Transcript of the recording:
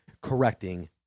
correcting